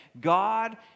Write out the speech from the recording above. God